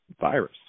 virus